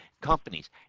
companies